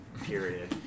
period